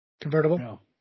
convertible